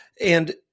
And-